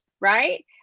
right